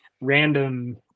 random